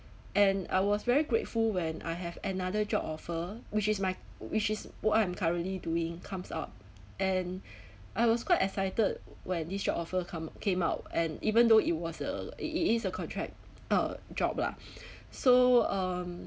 and I was very grateful when I have another job offer which is my which is what I'm currently doing comes up and I was quite excited when this job offer come came out and even though it was a it is a contract uh job lah so um